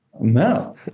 No